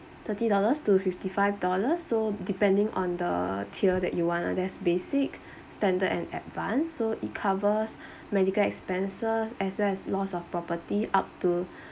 thirty dollars to fifty five dollar so depending on the tier that you want uh that's basic standard and advanced so it covers medical expenses as well as loss of property up to